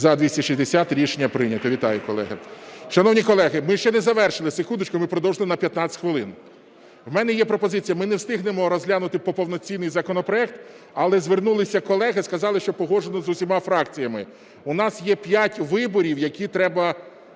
За-260 Рішення прийнято. Вітаю, колеги. Шановні колеги, ми ще не завершили. Секундочку, ми продовжили на 15 хвилин. У мене є пропозиція. Ми не встигнемо розглянути повноцінний законопроект, але звернулися колеги і сказали, що погоджено з усіма фракціями. У нас є п'ять виборів, які треба